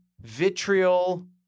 vitriol